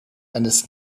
eines